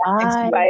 Bye